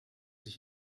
sich